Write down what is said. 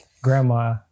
Grandma